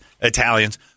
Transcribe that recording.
Italians